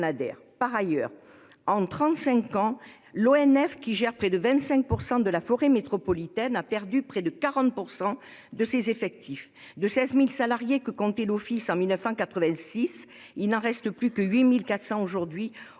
Par ailleurs, en trente-cinq ans, l'ONF, qui gère près de 25 % de la forêt métropolitaine, a perdu près de 40 % de ses effectifs. De seize mille salariés que comptait l'Office en 1986, il n'en reste plus que huit